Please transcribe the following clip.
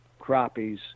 crappies